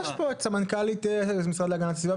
יש פה את סמנכ"לית המשרד להגנת הסביבה,